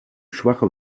schwache